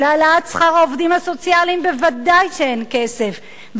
להעלאת שכר העובדים הסוציאליים ודאי שאין כסף,